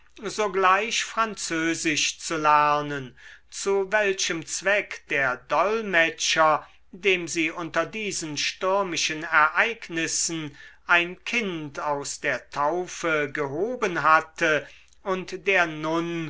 sogleich französisch zu lernen zu welchem zweck der dolmetscher dem sie unter diesen stürmischen ereignissen ein kind aus der taufe gehoben hatte und der nun